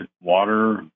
water